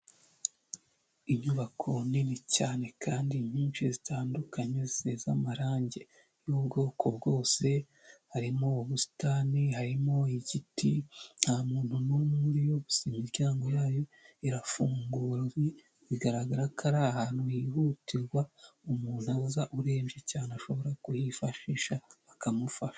Inyubako nini cyane kandi nyinshi zitandukanye z'amarangi y'ubwoko bwose, harimo ubusitani, harimo igiti, nta muntu n'umwe uriyo, gusa imiryango yayo irafunguye, bigaragara ko ari ahantu hihutirwa, umuntu aza urembye cyane ashobora kuyifashisha bakamufasha.